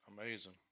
Amazing